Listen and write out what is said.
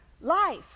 life